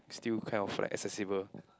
still kind of like accessible